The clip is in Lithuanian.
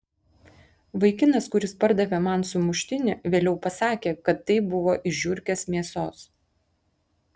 vaikinas kuris pardavė man sumuštinį vėliau pasakė kad tai buvo iš žiurkės mėsos